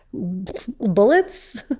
bullets.